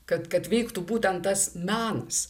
kad kad veiktų būtent tas menas